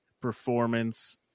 performance